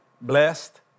blessed